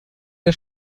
der